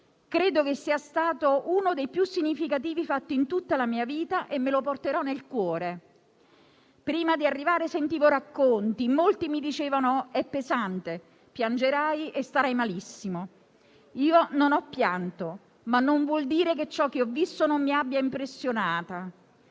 Credo che sia stato uno dei più significativi fatti in tutta la mia vita e me lo porterò nel cuore. Prima di arrivare sentivo racconti, molti mi dicevano: è pesante, piangerai e starai malissimo. Io non ho pianto, ma non vuol dire che ciò che ho visto non mi abbia impressionata.